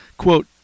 Quote